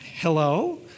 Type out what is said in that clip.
Hello